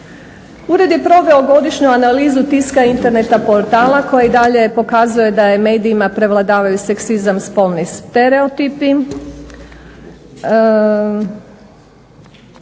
Ured je proveo godišnju analizu tiska interneta portala koji i dalje pokazuje da u medijima prevladavaju seksizam, spolni stereotipi.